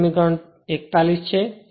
આ સમીકરણ 41 છે